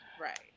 Right